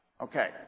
Okay